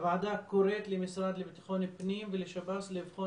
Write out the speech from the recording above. הוועדה קוראת למשרד לבטחון פנים ולשב"ס לבחון